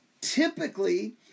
typically